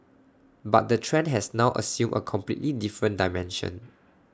but the trend has now assumed A completely different dimension